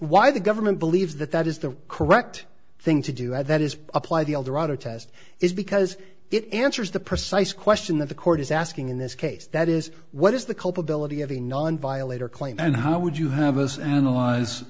why the government believes that that is the correct thing to do and that is apply the eldorado test is because it answers the precise question that the court is asking in this case that is what is the culpability of a non violator claim and how would you have us analyze